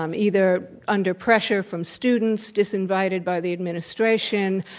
um either under pressure from students, disinvited by the administration.